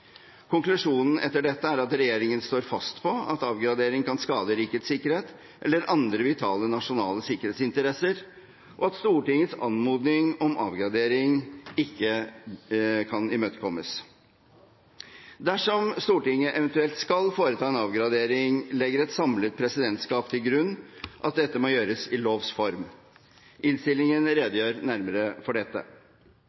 Konklusjonen etter dette er at regjeringen står fast på at avgradering kan skade rikets sikkerhet eller andre vitale og nasjonale sikkerhetsinteresser, og at Stortingets anmodning om avgradering ikke kan imøtekommes. Dersom Stortinget eventuelt skal foreta en avgradering, legger et samlet presidentskap til grunn at dette må gjøres i lovs form. Innstillingen